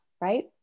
right